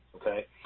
okay